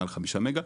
מעל 5 מגה,